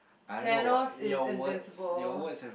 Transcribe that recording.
Thanos is invincible